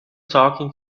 talking